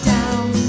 Down